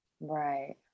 Right